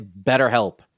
BetterHelp